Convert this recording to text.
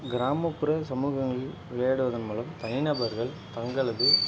கிராமப்புற சமூகங்களில் விளையாடுவதன் மூலம் தனி நபர்கள் தங்களது